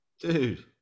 Dude